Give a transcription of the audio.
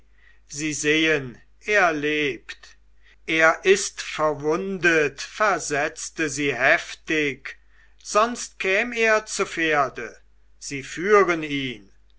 sie sehen er lebt er ist verwundet versetzte sie heftig sonst käm er zu pferde sie führen ihn